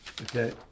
Okay